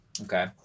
Okay